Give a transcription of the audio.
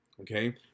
okay